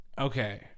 Okay